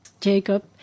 Jacob